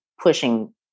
pushing